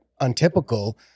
untypical